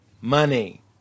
money